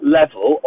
level